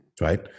right